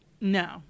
No